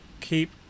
keep